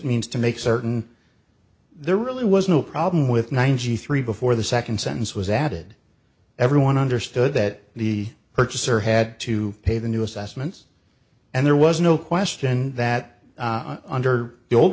means to make certain there really was no problem with ninety three before the second sentence was added everyone understood that the purchaser had to pay the new assessments and there was no question that under the old